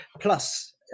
Plus